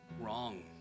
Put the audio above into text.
wrong